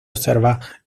observar